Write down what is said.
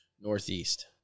Northeast